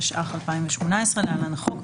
התשע"ח-2018 (להלן החוק),